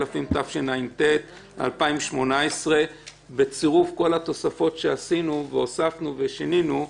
התשע"ט-2018 בצירוף כל התוספות שעשינו ושינינו,